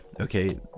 okay